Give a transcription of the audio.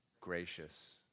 gracious